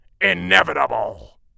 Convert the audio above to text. INEVITABLE